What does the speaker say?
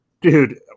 Dude